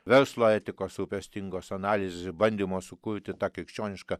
verslo etikos rūpestingos analizės bandymo sukurti tą krikščionišką